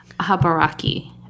Habaraki